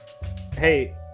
Hey